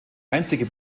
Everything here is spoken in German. einzige